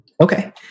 Okay